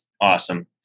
Awesome